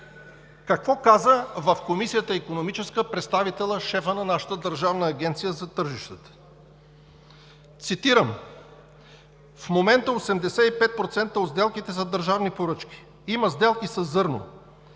какво каза в Икономическата комисия представителят, шефът на нашата Държавна агенция за тържищата. Цитирам: „В момента 85% от сделките са държавни поръчки. Има сделки със зърно.